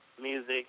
music